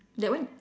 that one